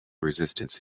resistance